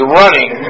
running